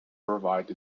provide